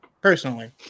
personally